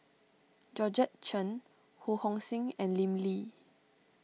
Georgette Chen Ho Hong Sing and Lim Lee